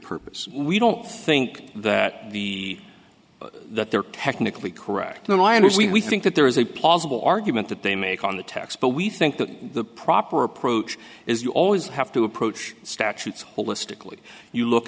purpose we don't think that the that they're technically correct no minors we think that there is a plausible argument that they make on the tax but we think that the proper approach is you always have to approach statutes holistically you look